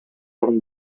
орун